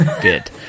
good